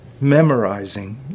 memorizing